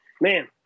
Man